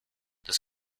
this